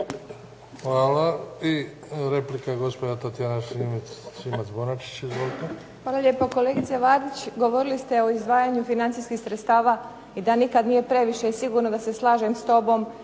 Hvala. I replika gospođa Tatjana Šimac Bonačić. Izvolite. **Šimac Bonačić, Tatjana (SDP)** Hvala lijepa. Kolegice Vardić, govorili ste o izdvajanju financijskih sredstava i da nikad nije previše i sigurno da se slažem s vama